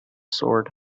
sword